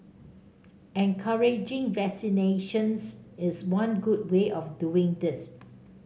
encouraging vaccinations is one good way of doing this